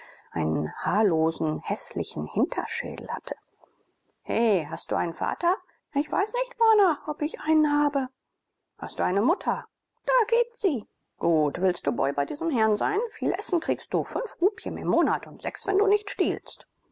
einen haarlosen häßlichen hinterschädel hatte he hast du einen vater ich weiß nicht bana ob ich einen habe hast du eine mutter da geht sie gut willst du boy bei diesem herrn sein viel essen kriegst du fünf rupien im monat und sechs wenn du nicht stiehlst